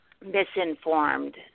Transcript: misinformed